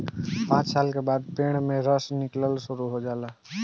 पांच साल के बाद पेड़ से रस निकलल शुरू हो जाला